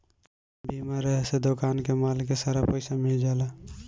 बीमा रहे से दोकान के माल के सारा पइसा मिल जाला